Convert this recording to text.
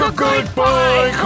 goodbye